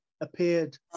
appeared